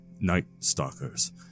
night-stalkers